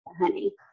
honey